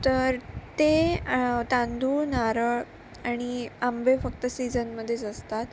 तर ते तांदूळ नारळ आणि आंबे फक्त सीजनमधेच असतात